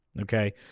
Okay